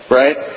right